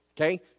Okay